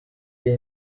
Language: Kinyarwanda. iyi